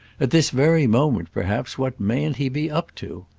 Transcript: at this very moment perhaps what mayn't he be up to?